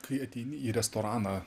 kai ateini į restoraną